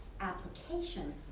application